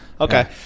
Okay